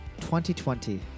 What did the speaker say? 2020